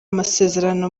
masezerano